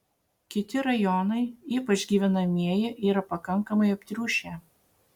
kiti rajonai ypač gyvenamieji yra pakankamai aptriušę